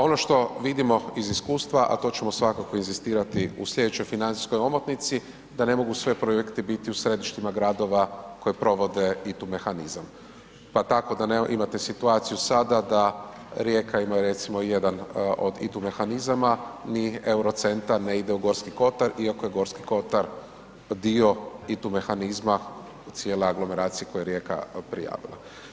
Ono što vidimo iz iskustva, a to ćemo svakako inzistirati u sljedećoj financijskoj omotnici, da ne mogu svi projekti biti u središtima gradova koji provode ITU mehanizam, pa tako da imate situaciju sada da Rijeka ima recimo jedan od ITU mehanizama, mi, Eurocentar ne ide u Gorski kotar, iako je Gorski kotar dio ITU mehanizma cijele aglomeracije koje je Rijeka prijavila.